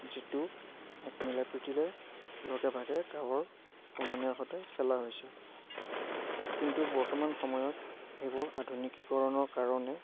যিটো এক মিলা প্ৰীতিৰে লগে ভাগে গাঁৱৰ সমনীয়াৰ সৈতে খেলা হৈছিল কিন্তু বৰ্তমান সময়ত এইবোৰ আধুনিকীকৰণৰ কাৰণে